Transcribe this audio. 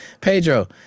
Pedro